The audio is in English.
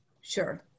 Sure